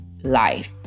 life